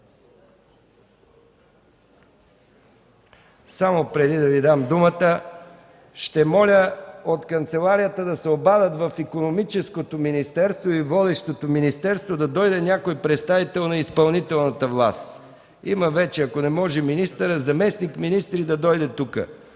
Преди да Ви дам думата, ще помоля от Канцеларията да се обадят в Икономическото министерство или водещото министерство, за да дойде някой представител на изпълнителната власт. Ако не може министърът, заместник-министър да дойде тук